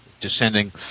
descending